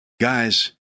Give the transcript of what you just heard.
Guys